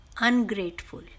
ungrateful